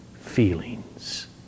feelings